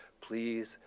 please